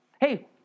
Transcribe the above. Hey